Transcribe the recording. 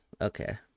Okay